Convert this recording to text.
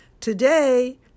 Today